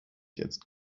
jetzt